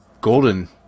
golden